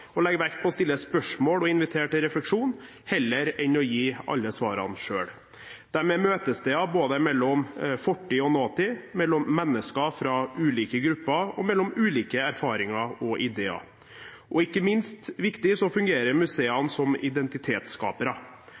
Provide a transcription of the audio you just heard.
og legger vekt på å stille spørsmål og inviterer til refleksjon heller enn å gi alle svarene selv. De er møtesteder både mellom fortid og nåtid, mellom mennesker fra ulike grupper og mellom ulike erfaringer og ideer. Og ikke minst viktig fungerer museene som